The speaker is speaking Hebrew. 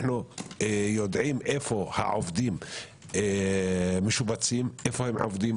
אנו יודעים איפה העובדים משובצים, היכן הם עובדים.